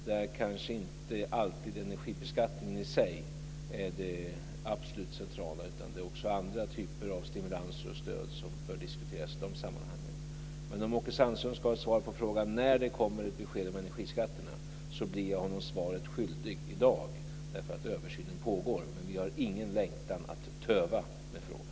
Där är det kanske inte alltid energibeskattningen som är det absolut centrala, utan det finns också andra typer av stimulanser och stöd som bör diskuteras i dessa sammanhang. Men om Åke Sandström vill ha svar på frågan när det kommer ett besked om energiskatterna blir jag honom svaret skyldig i dag, därför att översynen pågår. Men vi har ingen längtan att töva med frågan.